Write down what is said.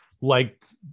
liked